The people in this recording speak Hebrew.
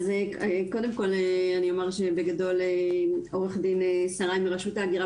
אז קודם כל אני אומר שבגדול עו"ד שריי מרשות האוכלוסין וההגירה